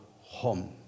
home